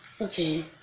Okay